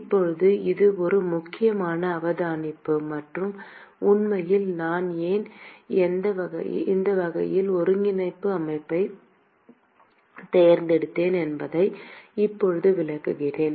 இப்போது இது ஒரு முக்கியமான அவதானிப்பு மற்றும் உண்மையில் நான் ஏன் இந்த வகையான ஒருங்கிணைப்பு அமைப்பைத் தேர்ந்தெடுத்தேன் என்பதை இப்போது விளக்குகிறேன்